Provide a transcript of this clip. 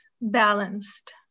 balanced